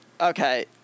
Okay